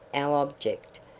our object,